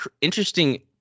interesting